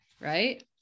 right